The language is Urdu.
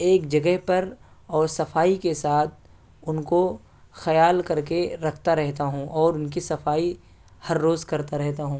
ایک جگہ پر اور صفائی کے ساتھ ان کو خیال کر کے رکھتا رہتا ہوں اور ان کی صفائی ہر روز کرتا رہتا ہوں